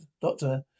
doctor